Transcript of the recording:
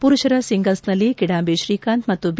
ಮರುಷರ ಸಿಂಗಲ್ಸ್ನಲ್ಲಿ ಕಿಡಾಂಬಿ ಶ್ರೀಕಾಂತ್ ಮತ್ತು ಬಿ